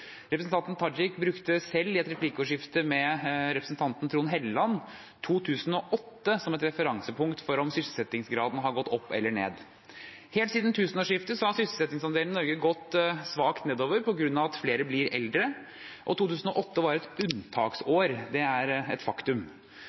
Representanten Tajik brukte selv – i et replikkordskifte med representanten Trond Helleland – 2008 som et referansepunkt for om sysselsettingsgraden har gått opp eller ned. Helt siden tusenårsskiftet har sysselsettingsandelen i Norge gått svakt nedover på grunn av at flere bli eldre. 2008 var et unntaksår, det er et faktum.